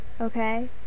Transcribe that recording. Okay